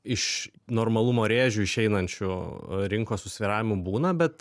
iš normalumo rėžių išeinančių rinkos susvyravimų būna bet